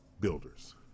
builders